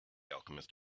alchemist